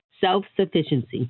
self-sufficiency